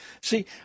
See